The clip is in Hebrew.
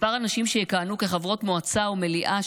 מספר הנשים שיכהנו כחברות מועצה ומליאה,